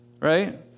right